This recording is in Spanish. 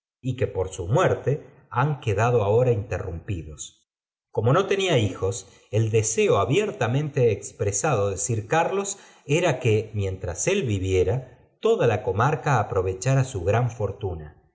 y que por su muérete han quedado ahora interrumpidos corno no atenía hijos el deseo abiertamente expresado de í sir carlos era que mientras él viviera toda la comarca aprovechara su gran fortuna